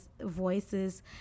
voices